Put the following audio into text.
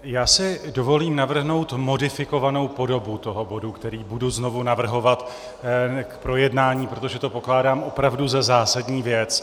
Já si dovolím navrhnout modifikovanou podobu toho bodu, který budu znovu navrhovat k projednání, protože to pokládám opravdu za zásadní věc.